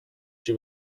she